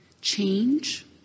change